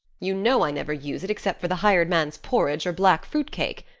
you know i never use it except for the hired man's porridge or black fruit cake.